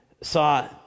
saw